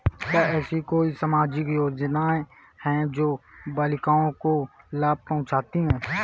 क्या ऐसी कोई सामाजिक योजनाएँ हैं जो बालिकाओं को लाभ पहुँचाती हैं?